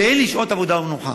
ואין לי שעות עבודה ומנוחה,